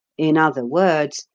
in other words,